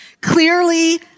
Clearly